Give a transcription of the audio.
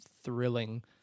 thrilling